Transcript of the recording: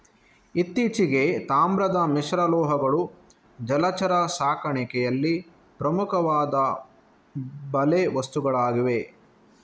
ಇತ್ತೀಚೆಗೆ, ತಾಮ್ರದ ಮಿಶ್ರಲೋಹಗಳು ಜಲಚರ ಸಾಕಣೆಯಲ್ಲಿ ಪ್ರಮುಖವಾದ ಬಲೆ ವಸ್ತುಗಳಾಗಿವೆ